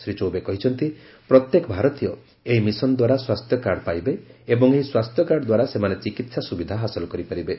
ସେ କହିଛନ୍ତି ପ୍ରତ୍ୟେକ ଭାରତୀୟ ଏହି ମିଶନ ଦ୍ୱାରା ସ୍ୱାସ୍ଥ୍ୟକାର୍ଡ ପାଇବେ ଏବଂ ଏହି ସ୍ୱାସ୍ଥ୍ୟକାର୍ଡ ଦ୍ୱାରା ସେମାନେ ଚିକିତ୍ସା ସ୍ତବିଧା ହାସଲ କରିପାରିବେ